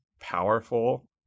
powerful